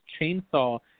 chainsaw